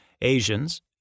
Asians